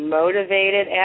motivated